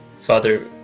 Father